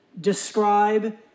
describe